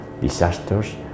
disasters